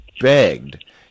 begged